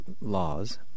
laws